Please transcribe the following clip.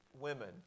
women